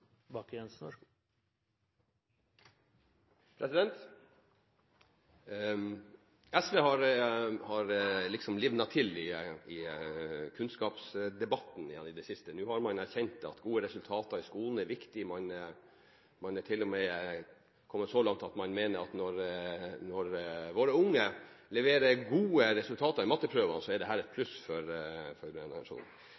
SV har liksom livnet til i kunnskapsdebatten i det siste. Nå har man erkjent at gode resultater i skolen er viktig. Man har til og med kommet så langt at man mener at når våre unge leverer gode resultater på matteprøven, er det et pluss for nasjonen. Men SV holder ennå på det